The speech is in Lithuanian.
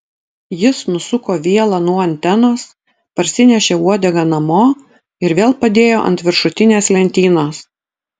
jis nusuko vielą nuo antenos parsinešė uodegą namo ir vėl padėjo ant viršutinės lentynos